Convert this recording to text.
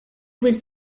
was